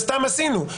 וסתם עשינו.